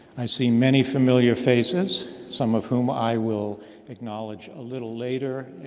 i see many familiar faces. some of whom i will acknowledge a little later,